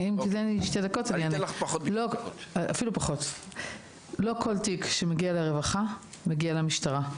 לא כל תיק שמגיע לרווחה, מגיע למשטרה.